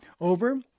Over